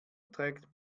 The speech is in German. trägt